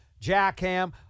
Jackham